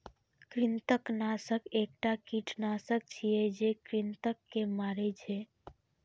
कृंतकनाशक एकटा कीटनाशक छियै, जे कृंतक के मारै छै